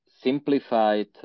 simplified